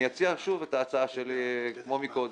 אני אציע שוב את ההצעה כמו קודם,